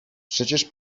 przecież